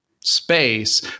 space